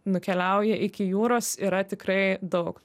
nukeliauja iki jūros yra tikrai daug